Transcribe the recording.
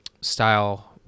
style